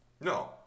No